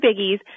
biggies